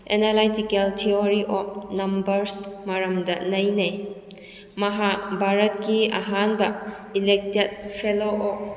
analytical theory of numbers ꯃꯔꯝꯗ ꯅꯩꯅꯩ ꯃꯍꯥꯛ ꯚꯥꯔꯠꯀꯤ ꯑꯍꯥꯟꯕ ꯏꯂꯦꯛꯇꯦꯠ ꯐꯦꯂꯣ ꯑꯣꯐ